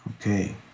okay